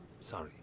Sorry